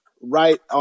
right